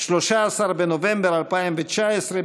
13 בנובמבר 2019,